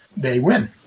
they win